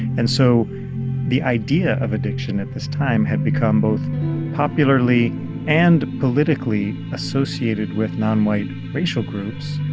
and so the idea of addiction, at this time, had become both popularly and politically associated with non-white racial groups.